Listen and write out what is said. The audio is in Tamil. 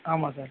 ஆமாம் சார்